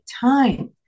time